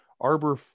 arbor